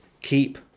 keep